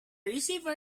receiver